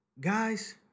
guys